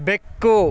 ಬೆಕ್ಕು